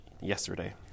yesterday